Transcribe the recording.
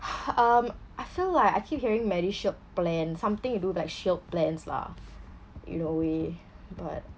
um I feel like I keep hearing medishield plan something to do with like shield plans lah in a way but